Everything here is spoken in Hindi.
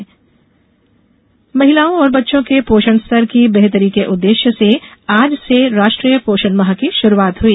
पोषण अभियान महिलाओं और बच्चों के पोषण स्तर की बेहतरी के उद्देश्य से आज से राष्ट्रीय पोषण माह की शुरूआत हुई